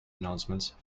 announcements